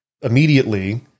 immediately